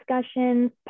discussions